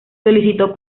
solicitó